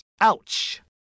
Ouch